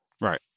Right